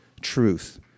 truth